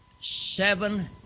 seven